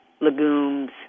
legumes